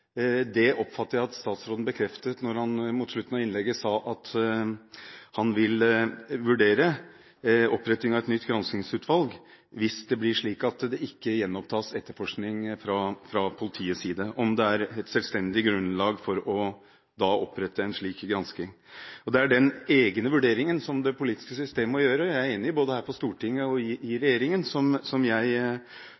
Det oppfatter jeg at statsråden bekreftet da han mot slutten av innlegget sa at han vil vurdere å opprette et nytt granskingsutvalg hvis det blir slik at det ikke gjenopptas etterforskning fra politiets side – vurdere om det er et selvstendig grunnlag for da å opprette et slikt utvalg. Det er den egne vurderingen det politiske systemet må foreta – jeg er enig – både her på Stortinget og i